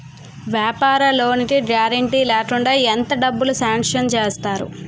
వ్యాపార లోన్ కి గారంటే లేకుండా ఎంత డబ్బులు సాంక్షన్ చేస్తారు?